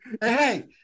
hey